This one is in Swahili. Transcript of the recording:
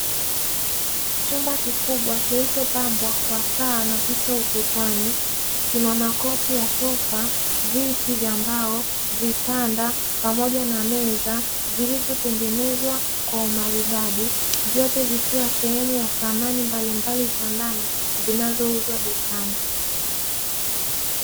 Chumba kikubwa kilichopambwa kwa saa na picha ukutani. Kina makochi ya sofa, viti vya mbao, vitanda, pamoja na meza zilizotengezezwa kwa umaridadi. Vyote vikiwa sehemu ya samani mbalimbali za ndani, zinazouzwa dukani.